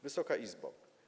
Wysoka Izbo!